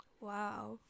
Wow